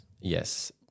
yes